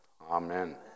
Amen